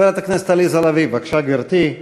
חברת הכנסת עליזה לביא, בבקשה, גברתי.